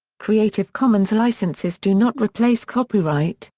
creative commons licenses do not replace copyright,